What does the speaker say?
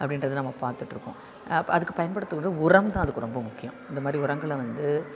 அப்படின்றது நம்ம பார்த்துட்ருக்கோம் அப் அதுக்குப் பயன்படுத்துகிற உரம் தான் அதுக்கு ரொம்ப முக்கியம் இந்த மாதிரி உரங்களை வந்து